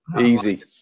Easy